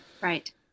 Right